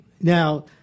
Now